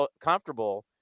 comfortable